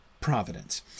providence